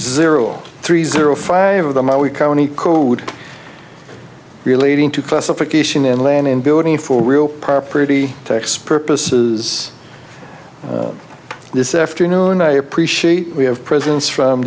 zero three zero five of the my we county code relating to classification in land and building for real property tax purposes this afternoon i appreciate we have presidents from